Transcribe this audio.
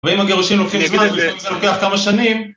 ואם הגירושים לוקחים זמן, זה לוקח כמה שנים.